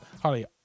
Holly